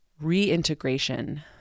reintegration